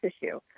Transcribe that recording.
issue